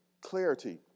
clarity